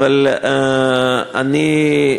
ואני,